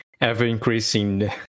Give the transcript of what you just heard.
ever-increasing